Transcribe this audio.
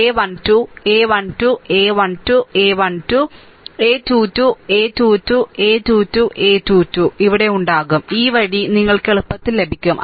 A 1 2 a 1 2 a 1 2 a 1 2 a 2 2 a 2 2 a 2 2 a 2 2 ഇവിടെ ഉണ്ടാകും ഈ വഴി നിങ്ങൾക്ക് എളുപ്പത്തിൽ ലഭിക്കും